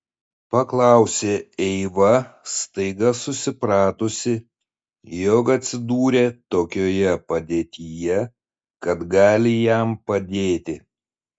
paklausė eiva staiga susipratusi jog atsidūrė tokioje padėtyje kad gali jam padėti